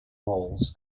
malls